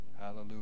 Hallelujah